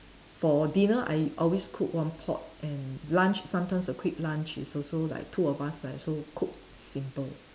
for dinner I always cook one pot and lunch sometimes a quick lunch is also like two of us I also cook simple